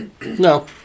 No